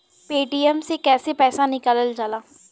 Paytm से कैसे पैसा निकलल जाला?